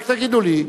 רק תגידו לי.